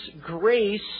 grace